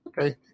Okay